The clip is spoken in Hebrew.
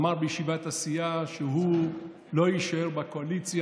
הוא אמר בישיבת הסיעה שהוא לא יישאר בקואליציה